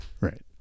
Right